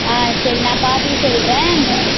ஆ சரி நான் பார்த்துட்டு சொல்கிறேன் பா